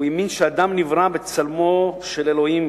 הוא האמין שאדם נברא בצלמו של אלוהים